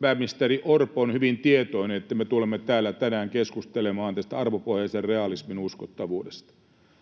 pääministeri Orpo on hyvin tietoinen, että me tulemme täällä tänään keskustelemaan tästä arvopohjaisen realismin uskottavuudesta.